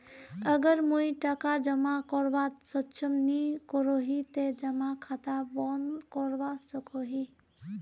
अगर मुई टका जमा करवात सक्षम नी करोही ते जमा खाता बंद करवा सकोहो ही?